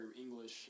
English